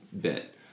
bit